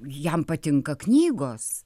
jam patinka knygos